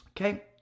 Okay